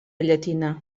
llatina